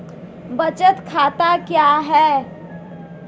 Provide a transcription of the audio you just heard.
बचत बैंक खाता क्या है?